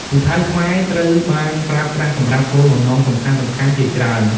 ពូថៅខ្មែរត្រូវបានប្រើប្រាស់សម្រាប់គោលបំណងសំខាន់ៗជាច្រើន។